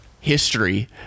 history